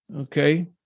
Okay